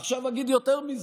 עכשיו אגיד יותר מזה,